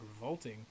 revolting